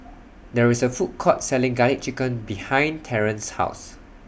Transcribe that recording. There IS A Food Court Selling Garlic Chicken behind Terrance's House